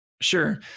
Sure